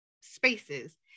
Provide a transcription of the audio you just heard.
spaces